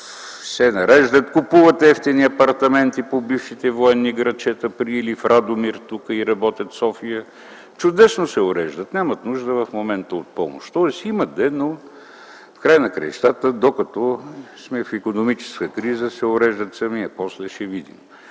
се нареждат, купуват евтини апартаменти по бившите военни градчета или в Радомир и работят в София. Чудесно се уреждат, нямат нужда в момента от помощ. Тоест имат, но в края на краищата докато сме в икономическа криза се уреждат сами, а после ще видим.